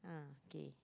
ah okay